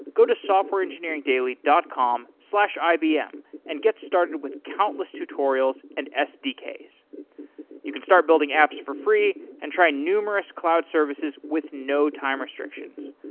go to softwareengineeringdaily dot com slash ibm and get started with countless tutorials and sdks. you can start building apps for free and try numerous cloud services with no time restrictions.